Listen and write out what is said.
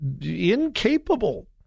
incapable